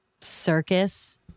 circus